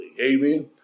Amen